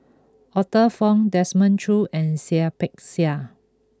Arthur Fong Desmond Choo and Seah Peck Seah